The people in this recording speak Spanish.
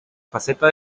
faceta